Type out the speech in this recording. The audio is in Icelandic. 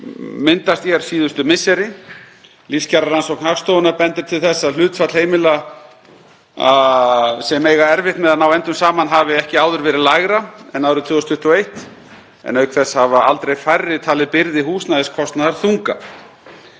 myndast hér síðustu misseri. Lífskjararannsókn Hagstofunnar bendir þannig til þess að hlutfall heimila sem eiga erfitt með að ná endum saman hafi aldrei verið lægra en árið 2021, en auk þess hafa aldrei færri talið byrði húsnæðiskostnaðar þunga.